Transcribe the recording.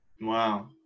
wow